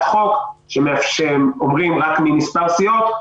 בהצעות לסדר-היום,